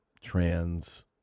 trans